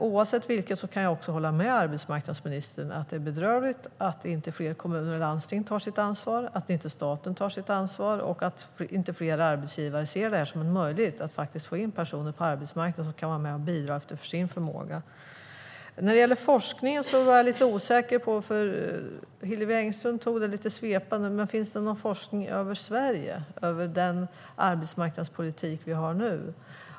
Oavsett vilket kan jag hålla med arbetsmarknadsministern om att det är bedrövligt att inte fler kommuner och landsting tar sitt ansvar, att inte staten tar sitt ansvar och att inte fler arbetsgivare ser det här som en möjlighet att få in personer på arbetsmarknaden som kan vara med och bidra efter sin förmåga. När det gäller forskningen blev jag lite osäker. Hillevi Engström tog det lite svepande, men finns det någon forskning på den arbetsmarknadspolitik vi har i Sverige nu?